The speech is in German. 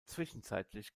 zwischenzeitlich